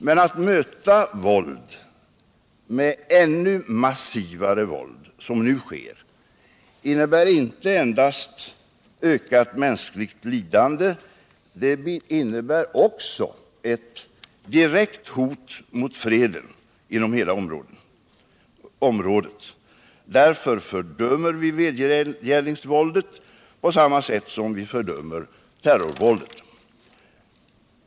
Men att, som nu sker, möta våld med ännu massivare våld innebär inte endast ökat mänskligt lidande. Det innebär också ett direkt hot mot freden inom hela området. Därför fördömer vi vedergällningsvåldet på samma sätt som vi fördömer terrorvåldet.